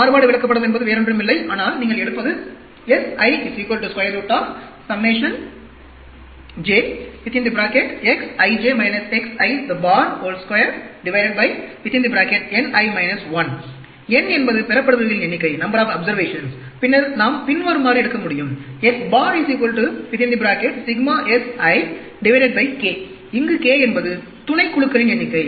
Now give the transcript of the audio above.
மாறுபாடு விளக்கப்படம் என்பது வேறோன்றுமில்லை ஆனால் நீங்கள் எடுப்பது n என்பது பெறப்படுபவைகளின் எண்ணிக்கை பின்னர் நாம் பின்வருமாறு எடுக்க முடியும் இங்கு k என்பது துணைக்குழுக்களின் எண்ணிக்கை